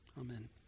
Amen